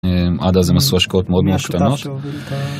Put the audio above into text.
עד אז הם עשו השקעות מאוד קטנות.